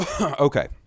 okay